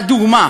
והדוגמה